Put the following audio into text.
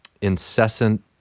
incessant